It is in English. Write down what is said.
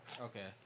Okay